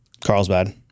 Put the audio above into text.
Carlsbad